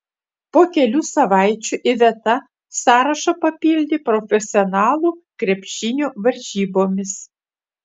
po kelių savaičių iveta sąrašą papildė profesionalų krepšinio varžybomis